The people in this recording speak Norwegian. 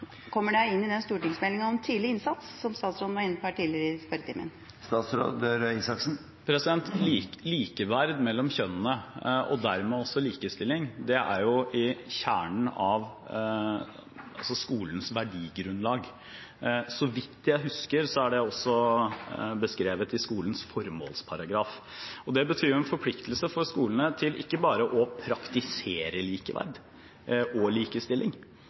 Kommer det inn i stortingsmeldinga om tidlig innsats, som statsråden var inne på tidligere i spørretimen? Likeverd mellom kjønnene og dermed også likestilling er i kjernen av skolens verdigrunnlag. Så vidt jeg husker, er det også beskrevet i skolens formålsparagraf. Det betyr en forpliktelse for skolene til ikke bare å praktisere likeverd og likestilling.